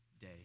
day